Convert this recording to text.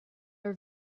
are